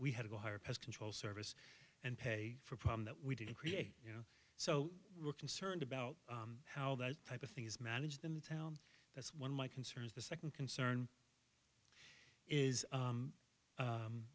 we had to go higher pest control service and pay for problem that we didn't create you know so we're concerned about how that type of thing is managed them town that's one of my concerns the second concern is